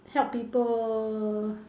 help people